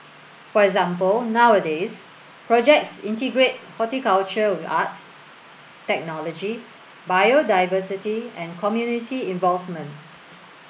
for example nowadays projects integrate horticulture with arts technology biodiversity and community involvement